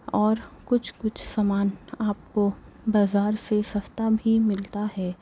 اور کچھ کچھ سامان آپ کو بازار سے سَستا بھی ملتا ہے